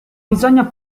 bisogna